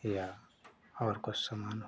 या और कोई सामान हो